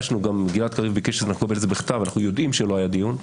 גלעד קריב ביקש וקיבל אישור בכתב לכך שלא היה דיון.